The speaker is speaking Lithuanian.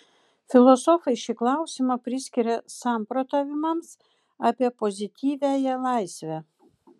filosofai šį klausimą priskiria samprotavimams apie pozityviąją laisvę